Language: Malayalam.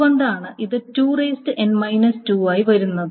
അതുകൊണ്ടാണ് ഇത് 2n 2 ആയി വരുന്നത്